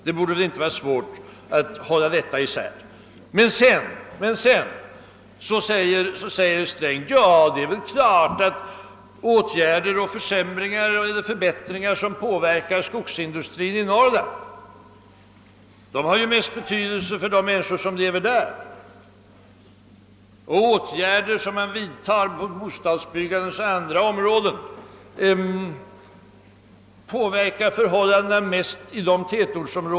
Det borde inte vara så svårt att hålla detta isär. Det är klart, säger herr Sträng, att åtgärder, som medför försämringar eller förbättringar för skogsindustrin i Norrland, mest har betydelse för de människor som bor i Norrland, på samma sätt som åtgärder inom bostadsbyggandet i tätorterna mest påverkar förhållandena där.